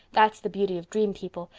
that's the beauty of dream-people.